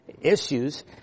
issues